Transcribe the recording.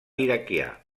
iraquià